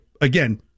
again